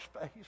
face